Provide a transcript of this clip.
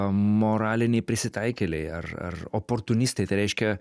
moraliniai prisitaikėliai ar ar oportunistai tai reiškia